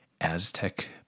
Aztec